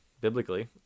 biblically